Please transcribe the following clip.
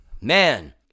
man